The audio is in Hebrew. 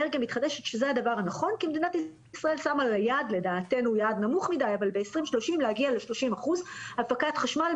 הדרישה של התושבים של כפר קאסם,